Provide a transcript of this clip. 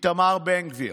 איתמר בן גביר.